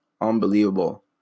Unbelievable